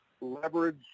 leverage